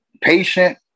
patient